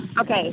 Okay